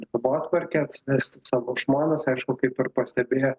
darbotvarkę atsivesti savo žmones aišku kaip ir pastebėjo